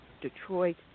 Detroit